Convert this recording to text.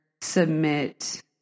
submit